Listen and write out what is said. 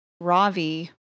Ravi